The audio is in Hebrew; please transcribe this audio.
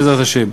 בעזרת השם.